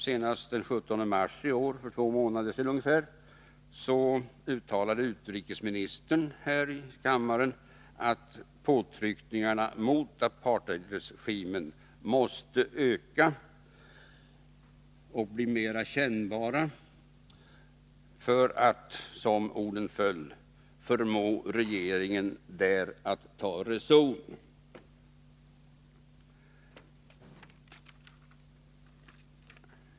Senast den 17 mars i år — för ungefär två månader sedan — uttalade utrikesministern här i kammaren att påtryckningarna mot apartheidregimen måste öka och bli mera kännbara för att, som orden föll, ”förmå regeringen där att ta reson”.